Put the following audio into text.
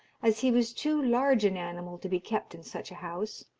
as he was too large an animal to be kept in such a house.